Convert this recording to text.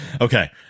Okay